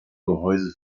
gehäuse